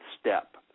step